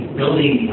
building